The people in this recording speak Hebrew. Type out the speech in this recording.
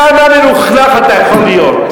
כמה מלוכלך אתה יכול להיות?